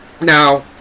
Now